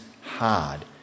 hard